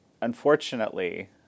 unfortunately